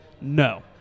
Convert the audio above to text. No